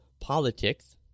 Politics